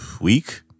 Week